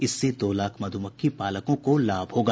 इससे दो लाख मधुमक्खी पालकों को लाभ होगा